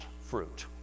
fruit